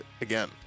again